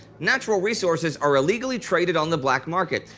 natural resources are illegally traded on the black market,